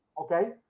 Okay